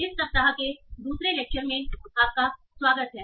इस सप्ताह के दूसरे लेक्चर में आपका स्वागत है